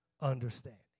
understanding